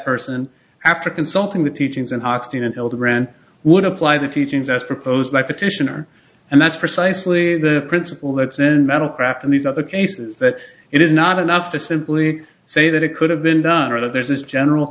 person after consulting the teachings and hochstein and hildebrand would apply the teachings as proposed by petitioner and that's precisely the principle that's in metal craft and these other cases that it is not enough to simply say that it could have been done or that there's this general